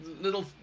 little